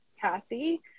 kathy